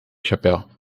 chapéu